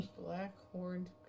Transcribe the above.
Black-horned